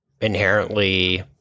inherently